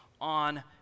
on